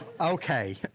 Okay